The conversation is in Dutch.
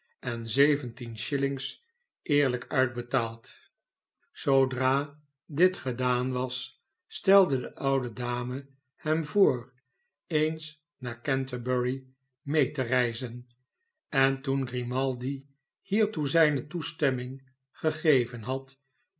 en shillings eerlijk uitbetaald zoodra dit gedaan was stelde de oude dame hem voor eens naar canterbury mee te reizen en toen grimaldi hiertoe zijne toestemming gegeven had